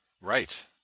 Right